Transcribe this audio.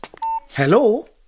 Hello